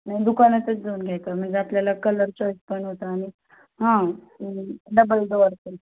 ना दुकानातच जाऊन घ्यायाचा का म्हणजे आपल्याला कलर चॉईस पण होतं आणि हा डबल डोअर पण